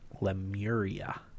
lemuria